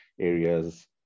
areas